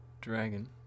dragon